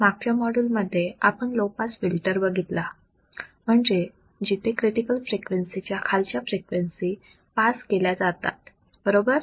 मागच्या माॅड्यूल मध्ये आपण लो पास फिल्टर बघितला म्हणजे जिथे क्रिटिकल फ्रिक्वेन्सी च्या खालच्या फ्रिक्वेन्सी पास केल्या जातात बरोबर